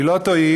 היא לא תועיל